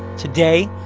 today,